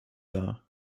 dar